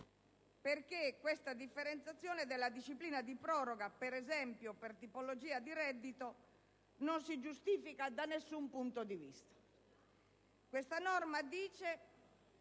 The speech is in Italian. perché questa differenziazione della disciplina di proroga, per esempio, per tipologia di reddito, non si giustifica da alcun punto di vista. Questa norma dice